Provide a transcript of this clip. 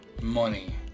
money